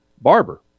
barber